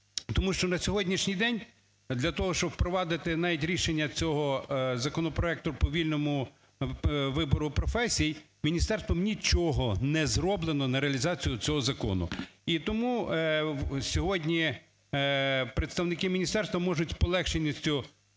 Тому що на сьогоднішній день для того, щоб впровадити навіть рішення цього законопроекту по вільному вибору професій, міністерством нічого не зроблено на реалізацію цього закону. І тому сьогодні представники міністерства можуть з полегшеністю